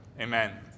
Amen